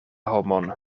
homon